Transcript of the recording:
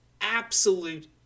absolute